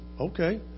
Okay